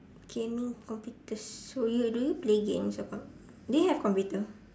gaming computers so you do you play games at home do you have computer